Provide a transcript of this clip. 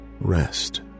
Rest